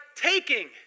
taking